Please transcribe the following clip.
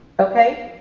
okay?